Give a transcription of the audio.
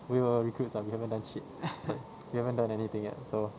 we were recruits lah we haven't shit so we haven't done anything yet so